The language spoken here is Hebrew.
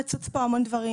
אני אשמח לשמוע את ר.מ.